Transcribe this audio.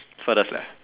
furthest left